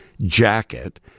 jacket